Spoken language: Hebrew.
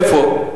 איפה?